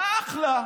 אחלה.